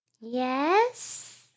Yes